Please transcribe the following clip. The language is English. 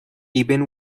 even